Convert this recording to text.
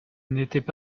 n’étaient